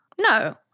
No